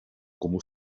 como